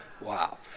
Wow